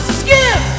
skip